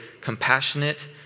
compassionate